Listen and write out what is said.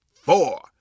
four